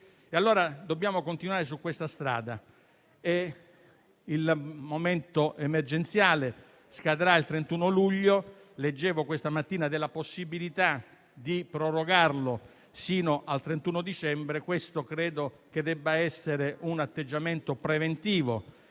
Dobbiamo continuare su questa strada. Il momento emergenziale terminerà il 31 luglio; leggevo questa mattina della possibilità di prorogarlo fino al 31 dicembre. Credo che questo debba essere un atteggiamento preventivo